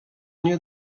nie